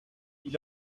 est